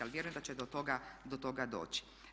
Ali vjerujem da će do toga doći.